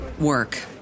work